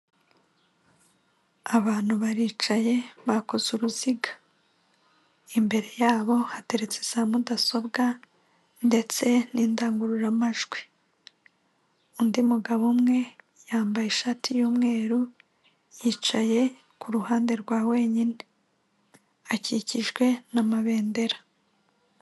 Abantu baricaye bakoze uruziga, imbere yabo hateretse za mudasobwa, ndetse n'indangururamajwi, undi mugabo umwe yambaye ishati y'umweru, yicaye ku ruhande rwa wenyine akikijwe n'amabendera.